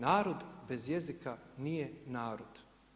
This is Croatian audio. Narod bez jezika nije narod.